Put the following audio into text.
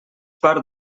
part